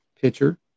Pitcher